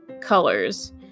colors